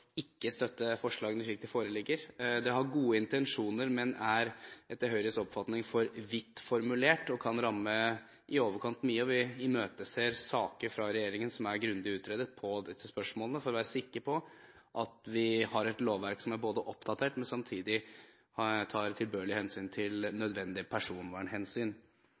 ikke å støtte forslagene slik de foreligger. De har gode intensjoner, men er etter Høyres oppfatning for vidt formulert og kan ramme i overkant mye. Vi imøteser grundige utredede saker fra regjeringen om disse spørsmålene for å være sikre på at vi har et lovverk som både er oppdatert og samtidig tar tilbørlig hensyn til nødvendige personvernhensyn.